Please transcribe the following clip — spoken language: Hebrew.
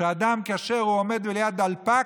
שהאדם, כאשר הוא עומד ליד דלפק,